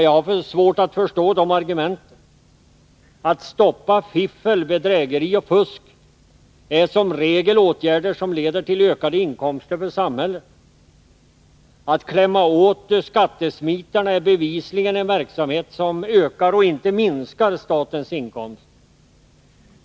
Jag har svårt att förstå dessa argument. Att stoppa fiffel, bedrägeri och fusk är som regel åtgärder som leder till ökade inkomster för samhället. Att klämma åt skattesmitarna är bevisligen en verksamhet som ökar — inte minskar — statens inkomster.